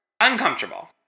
Uncomfortable